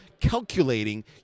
calculating